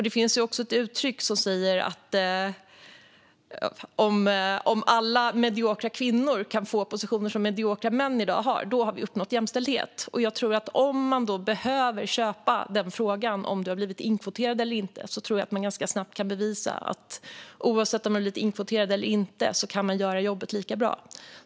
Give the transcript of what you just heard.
Det finns ju också ett uttryck som säger att om alla mediokra kvinnor kan få sådana positioner som mediokra män har i dag, då har vi uppnått jämställdhet. Jag tror att man ganska snabbt kan bevisa att oavsett om man blivit inkvoterad eller inte kan man göra jobbet lika bra.